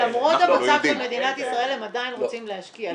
למרות המצב במדינת ישראל הם עדיין רוצים להשקיע.